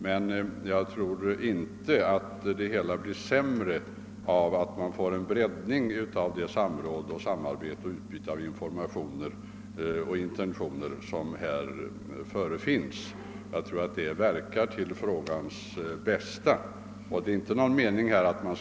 Men jag tror inte att det hela blir sämre genom en breddning av det samråd, samarbete och utbyte av informationer och intentioner som motionsförslaget innebär utan menar att det innebär en förbättring.